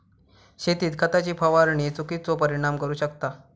शेतीत खताची फवारणी चुकिचो परिणाम करू शकता